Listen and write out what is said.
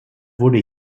wurde